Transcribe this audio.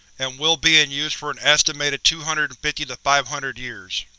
and will be in use for an estimated two hundred and fifty like five hundred years.